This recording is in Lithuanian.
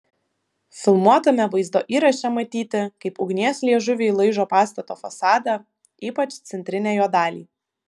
filmuotame vaizdo įraše matyti kaip ugnies liežuviai laižo pastato fasadą ypač centrinę jo dalį